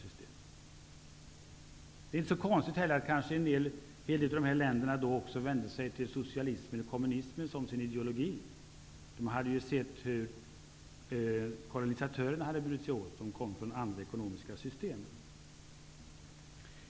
Det är kanske inte så konstigt att en del av dessa länder tog socialismen eller kommunismen som sin ideologi. De hade ju sett hur kolonisatörerna, som kom från andra ekonomiska system, hade burit sig åt.